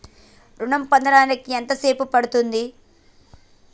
ఋణం పొందడానికి ఎంత సేపు పడ్తుంది?